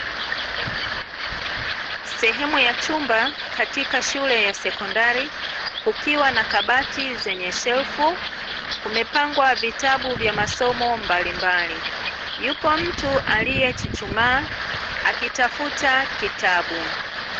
Sehemu ya chumba katika shule ya sekondari, kukiwa na kabati zenye shelfu, kumepangwa vitabu vya masomo mbalimbali, yupo mtu aliyechuchumaa akitafuta kitabu.